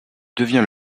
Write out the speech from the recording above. devient